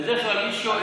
בדרך כלל מי,